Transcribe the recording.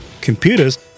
Computers